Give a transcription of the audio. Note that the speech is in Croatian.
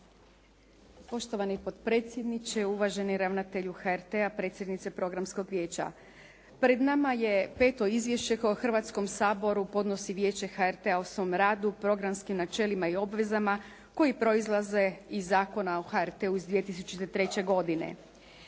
Poštovani potpredsjedniče, uvaženi ravnatelju HRT-a, predsjednice programskog vijeća. Pred nama je 5. izvješće koje Hrvatskom saboru podnosi Vijeće HRT-a o svom radu, programskim načelima i obvezama koji proizlaze iz Zakona o HRT-u iz 2003. godine.